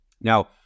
Now